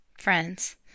friends